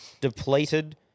depleted